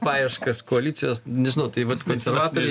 paieškas koalicijos nežinau tai vat konservatoriai